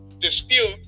dispute